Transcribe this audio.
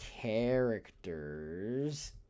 characters